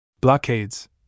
Blockades